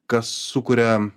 kas sukuria